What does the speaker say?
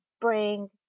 bring